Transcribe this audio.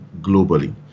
globally